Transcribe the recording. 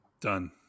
Done